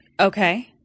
Okay